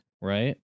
right